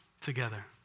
together